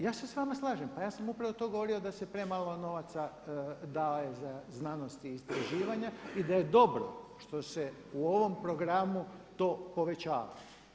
Ja se s vama slažem, pa ja sam upravo to govorio da se premalo novaca daje za znanost i istraživanja i da je dobro što se u ovom programu to povećava.